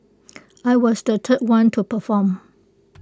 I was the third one to perform